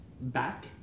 back